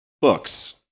books